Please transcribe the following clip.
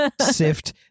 sift